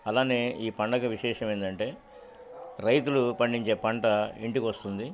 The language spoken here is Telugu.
అలానే ఈ పండగ విశేషం ఏందంటే రైతులు పండించే పంట ఇంటికి వస్తుంది